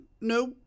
no